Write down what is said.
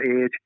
age